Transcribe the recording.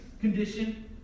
condition